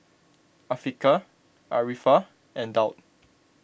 Afiqah Arifa and Daud